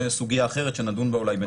זו סוגיה אחרת שנדון בה אולי בנפרד.